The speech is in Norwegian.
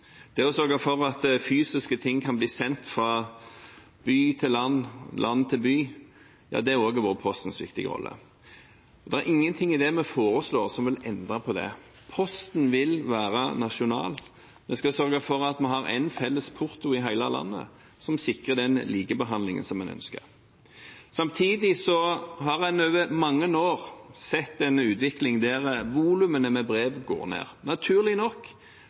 Det å sørge for at fysiske ting kan bli sendt fra by til land, land til by – det har også vært Postens viktige rolle. Det er ingenting i det vi foreslår, som vil endre på det. Posten vil være nasjonal. Vi skal sørge for at vi har én felles porto i hele landet som sikrer den likebehandlingen som en ønsker. Samtidig har en over mange år sett en utvikling der volumene med brev går ned, naturlig nok,